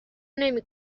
نمی